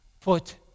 Put